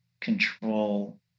control